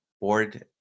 board